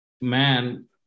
man